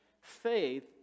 faith